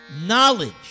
knowledge